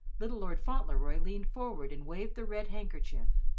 little lord fauntleroy leaned forward and waved the red handkerchief.